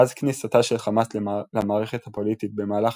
מאז כניסתה של חמאס למערכת הפוליטית במהלך